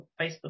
Facebook